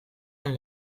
den